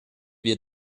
wir